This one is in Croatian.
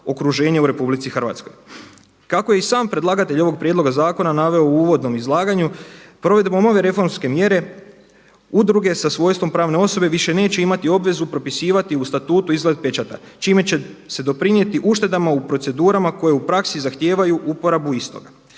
Kako je i sam predlagatelj ovog prijedloga zakona naveo u uvodnom izlaganju provedbom ove reformske mjere udruge sa svojstvom pravne osobe više neće imati obvezu propisivati u statutu izgled pečata čime će se doprinijeti uštedama u procedurama koje u praksi zahtijevaju uporabu istoga.